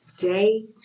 day